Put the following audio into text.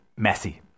Messi